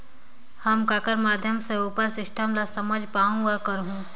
हम ककर माध्यम से उपर सिस्टम ला समझ पाहुं और करहूं?